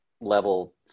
level